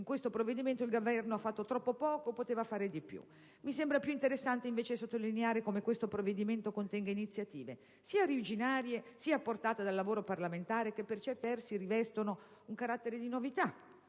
oggi all'esame il Governo ha fatto troppo poco e poteva fare di più. Mi sembra più interessante, invece, sottolineare come questo provvedimento contenga iniziative, sia originarie sia apportate dal lavoro parlamentare, che per certi versi rivestono un carattere di novità.